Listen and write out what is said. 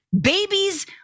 babies